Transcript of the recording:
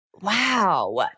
wow